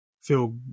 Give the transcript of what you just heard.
feel